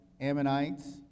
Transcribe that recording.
Ammonites